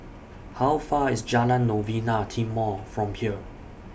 How Far away IS Jalan Novena Timor from here